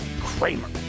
Kramer